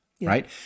right